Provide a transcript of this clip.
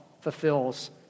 fulfills